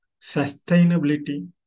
sustainability